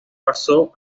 pasó